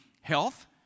health